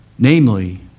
Namely